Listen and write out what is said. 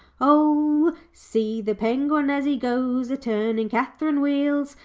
o see the penguin as he goes a-turning catherine wheels,